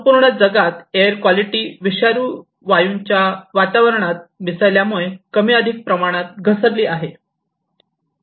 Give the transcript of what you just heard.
संपूर्ण जगात air quality विषारी वायूंच्या वातावरणात मिसळल्यामुळे कमी अधिक प्रमाणात घसरली आहे